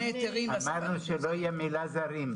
אמרנו שלא תהיה המילה "זרים",